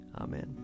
Amen